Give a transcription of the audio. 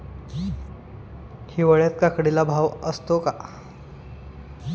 हिवाळ्यात काकडीला भाव असतो का?